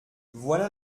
voilà